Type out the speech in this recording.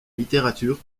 littérature